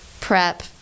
prep